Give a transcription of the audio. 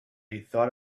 thought